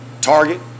Target